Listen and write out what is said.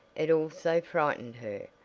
it also frightened her,